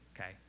Okay